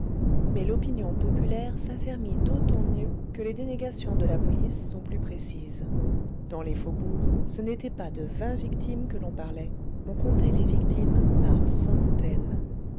mais l'opinion populaire s'affermit d'autant mieux que les dénégations de la police sont plus précises dans les faubourgs ce n'était pas de vingt victimes que l'on parlait on comptait les victimes par centaines